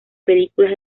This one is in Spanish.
películas